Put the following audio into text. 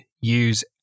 use